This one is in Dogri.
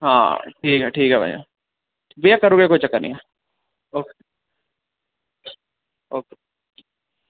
आं ठीक ऐ ठीक ऐ भइया करी ओड़गे कोई चक्कर निं ऐ ओके